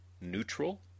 neutral